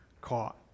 caught